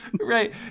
right